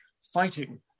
fighting